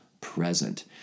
present